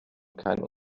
keinen